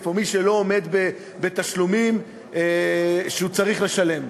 או מי שלא עומד בתשלומים שהוא צריך לשלם.